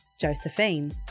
Josephine